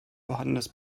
vorhandenes